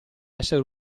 esseri